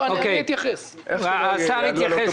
שר התחבורה והבטיחות בדרכים בצלאל סמוטריץ': אני אתייחס.